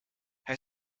hij